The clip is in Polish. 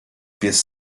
pies